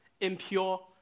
impure